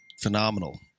Phenomenal